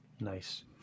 Nice